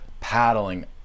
paddling